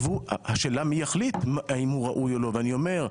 השאלה מי יחליט אם הוא ראוי או לא ראוי.